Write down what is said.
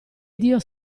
dio